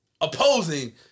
opposing